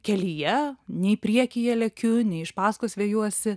kelyje nei priekyje lekiu nei iš pasakos vejuosi